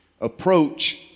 approach